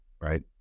right